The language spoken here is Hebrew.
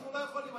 אנחנו לא יכולים.